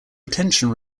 retention